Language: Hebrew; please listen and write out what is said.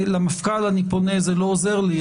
למפכ"ל אני פונה וזה לא עוזר לי,